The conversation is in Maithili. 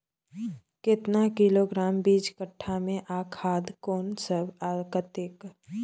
केतना किलोग्राम बीज कट्ठा मे आ खाद कोन सब आ कतेक?